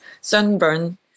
sunburn